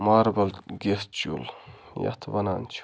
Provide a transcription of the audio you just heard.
marble gas چوٗلہٕ یَتھ وَنان چھِ